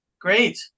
Great